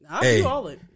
Hey